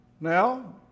Now